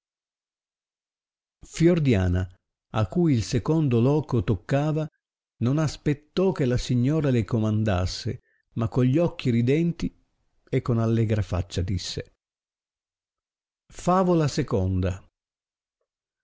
fiordiana a cui il secondo loco toccava non aspettò che la signora le comandasse ma con gli occhi ridenti e con allegra faccia disse favola